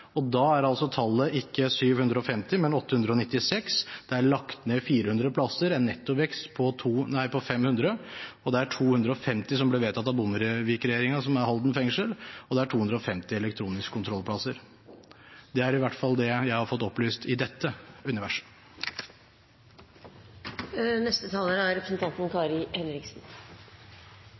Da er tallet ikke 750, men 896. Det er lagt ned 400 plasser, en nettovekst på 500. Det er 250 som ble vedtatt av Bondevik-regjeringen, som er Halden fengsel, og det er 250 elektronisk kontroll-plasser. Det er i hvert fall det jeg har fått opplyst i dette universet.